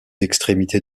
extrémités